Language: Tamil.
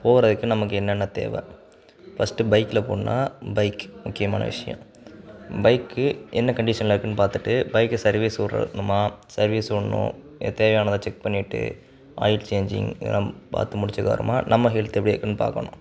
போகிறதுக்கு நமக்கு என்னென்ன தேவை ஃபஸ்ட்டு பைக்கில் போகணுன்னா பைக்கு முக்கியமான விஷயம் பைக்கு என்ன கண்டிஷனில் இருக்குதுன்னு பார்த்துட்டு பைக்கை சர்வீஸ் விட்ரணுமா சர்வீஸ் உடணும் தேவையானதை செக் பண்ணிவிட்டு ஆயில் சேஞ்சிங் இதெல்லாம் பார்த்து முடித்ததுக்கப்பறமா நம்ம ஹெல்த்து எப்படி இருக்குதுன்னு பார்க்கணும்